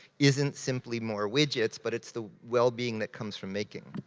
isn't simply more widgets, but it's the well-being that comes from making.